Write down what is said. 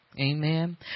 Amen